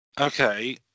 Okay